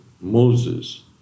Moses